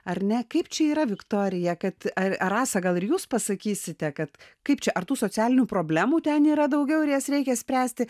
ar ne kaip čia yra viktorija kad ar ar rasa gal ir jūs pasakysite kad kaip čia ar tų socialinių problemų ten yra daugiau ir jas reikia spręsti